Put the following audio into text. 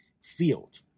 field